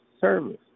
service